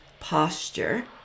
posture